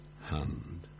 hand